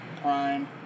prime